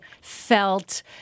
felt